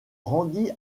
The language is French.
rendit